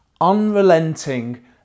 unrelenting